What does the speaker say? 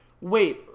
Wait